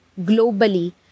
globally